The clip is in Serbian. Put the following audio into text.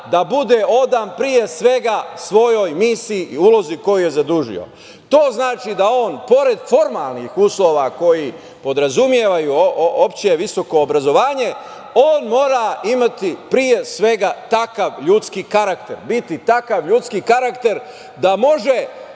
da bude odan svojoj misiji i ulozi koju je zadužio. To znači da on, pored formalnih uslova koji podrazumevaju opšte visoko obrazovanje, mora imati pre svega takav ljudski karakter, biti takav ljudski karakter da može